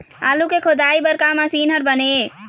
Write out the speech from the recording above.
आलू के खोदाई बर का मशीन हर बने ये?